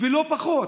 לא פחות.